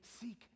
seek